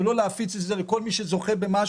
זה לא להפיץ את זה לכל מי שזוכה במשהו,